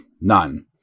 None